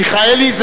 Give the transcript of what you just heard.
מיכאלי הוא